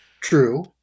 True